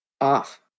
off